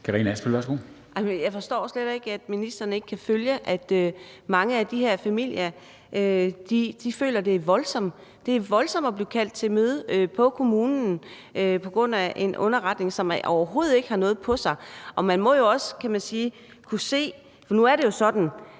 Jeg forstår slet ikke, at ministeren ikke kan følge, at mange af de her familier føler, at det er voldsomt at blive kaldt til møde hos kommunen på grund af en underretning, som overhovedet ikke har noget på sig. Og nu er det jo sådan,